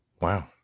Wow